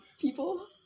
people